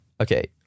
Okay